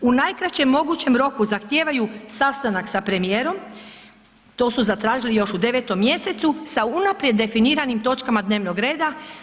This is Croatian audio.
U najkraćem mogućem roku zahtijevaju sastanak sa premijerom, to su zatražili još u 9 mj. sa unaprijed definiranim točkama dnevnog reda.